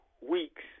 weeks